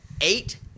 eight